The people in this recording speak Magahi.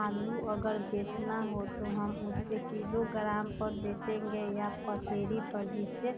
आलू अगर बेचना हो तो हम उससे किलोग्राम पर बचेंगे या पसेरी पर जिससे